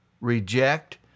Reject